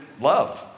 love